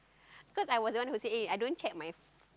cause I was the one who say eh I don't check my